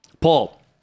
Paul